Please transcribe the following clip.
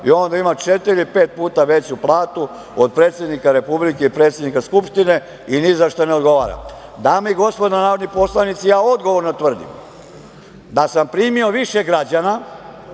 i ona ima četiri, pet puta veću platu od predsednika Republike i predsednika Skupštine i nizašta ne odgovara. Dame i gospodo narodni poslanici, ja odgovorno tvrdim da sam primio više građana